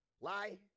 Lie